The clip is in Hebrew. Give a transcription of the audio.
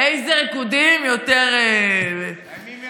איזה ריקודים יותר מרימים.